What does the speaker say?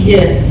Yes